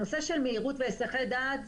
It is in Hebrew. הנושא של מהירות והיסחי דעת,